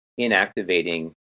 inactivating